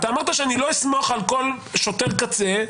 אתה אמרת שאני לא אסמוך על כל שוטר קצה,